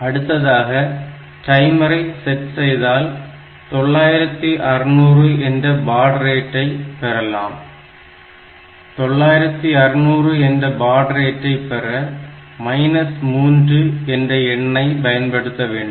அடுத்ததாக டைமரை செட் செய்தால் 9600 என்ற பாட் ரேட்டை பெறலாம் 9600 என்ற பாட் ரேட்டை பெற மைனஸ் 3 என்ற எண்ணை பயன்படுத்த வேண்டும்